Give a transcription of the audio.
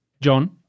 John